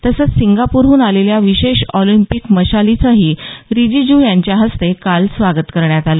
तसंच सिंगापूरहून आलेल्या विशेष ऑलिम्पिक मशालीचंही रिजुजू यांच्या हस्ते काल स्वागत करण्यात आलं